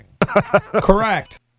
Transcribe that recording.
Correct